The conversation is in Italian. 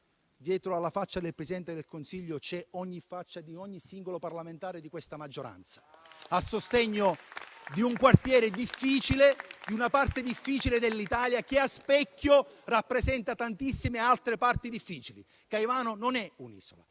Dietro alla faccia del Presidente del Consiglio c'è quella di ogni singolo parlamentare di questa maggioranza, a sostegno di un quartiere difficile, di una parte difficile dell'Italia che, a specchio, rappresenta tantissime altre parti difficili. Caivano non è un'isola.